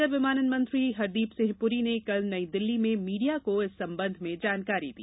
नागर विमानन मंत्री हरदीप सिंह पुरी ने कल नई दिल्ली में मीडिया को इस संबंध में जानकारी दी